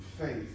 faith